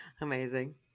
Amazing